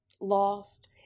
lost